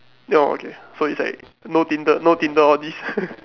ya okay so is like no tinder no tinder all this